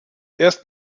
erst